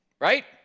Right